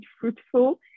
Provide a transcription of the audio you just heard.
fruitful